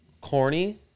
corny